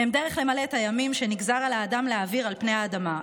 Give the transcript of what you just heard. " הם דרך למלא את הימים שנגזר על האדם להעביר על פני האדמה.